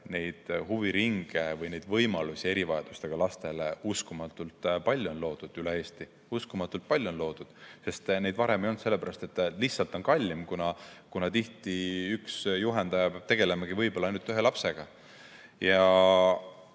neid huviringe või neid võimalusi erivajadustega lastele on uskumatult palju loodud üle Eesti. Uskumatult palju on neid loodud! Varem neid ei olnud, sellepärast et see tegevus lihtsalt on kallim, kuna tihti üks juhendaja peab tegelema võib-olla ainult ühe lapsega. Ja